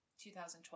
2012